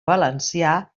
valencià